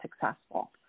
successful